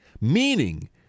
Meaning